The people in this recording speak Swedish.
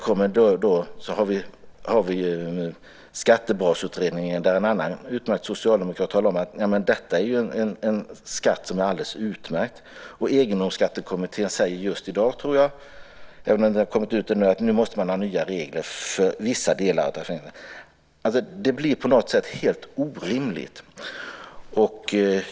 I Skattebasutredningen talar en annan utmärkt socialdemokrat om denna skatt som en alldeles utmärkt skatt. Egendomsskattekommittén har, tror jag, just i dag sagt - men det har kanske inte kommit ut ännu - att det måste vara nya regler för vissa delar på förmögenhetssidan. På något sätt blir det hela alldeles orimligt.